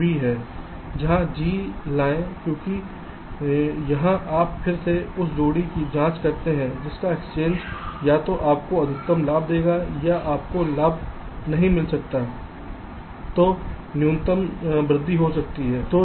यहां G लाएं क्योंकि यहां आप फिर से उस जोड़ी की जांच करते हैं जिसका एक्सचेंज या तो आपको अधिकतम लाभ देगा या यदि आपको लाभ नहीं मिल सकता है तो लागत में न्यूनतम वृद्धि हो सकती है